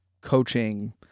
coaching